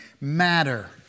matter